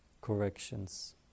corrections